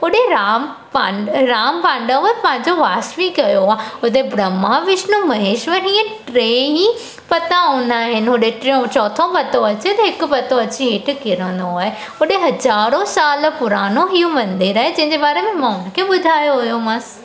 होॾे राम पा राम पांडव पंहिंजो वास बि कयो आहे हुते ब्रह्मा विष्णु महेश व हीए टे ई पता हूंदा आहिनि होॾे टियों चौथों पतो अचे त हिकु पतो अची हेठि किरंदो आहे होॾे हज़ारो साल पुरानो हीउ मंदरु आहे जंहिंजे बारे में मां हुन खे ॿुधायो हुयोमांसि